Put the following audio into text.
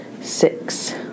six